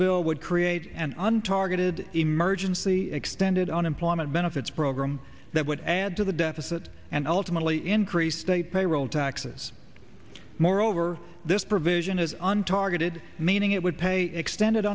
bill would create and an targeted emergency extended unemployment benefits program that would add to the deficit and ultimately increase state payroll taxes moreover this provision is an targeted meaning it would pay extended